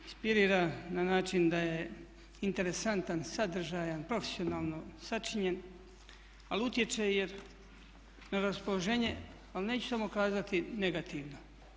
Inspirira na način da je interesantan, sadržajan, profesionalno sačinjen ali utječe na raspoloženje ali neću samo kazati negativno.